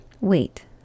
Wait